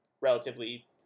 relatively